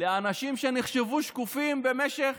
לאנשים שנחשבו שקופים במשך